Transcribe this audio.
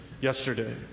yesterday